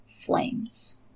flames